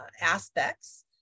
aspects